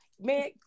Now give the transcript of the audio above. man